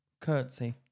curtsy